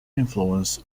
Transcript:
influence